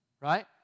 right